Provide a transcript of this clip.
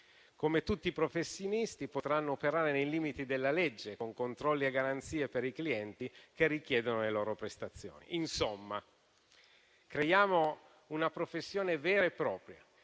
Come tutti i professionisti, potranno operare nei limiti della legge, con controlli e garanzie per i clienti che richiedono le loro prestazioni. Insomma, creiamo una professione vera e propria,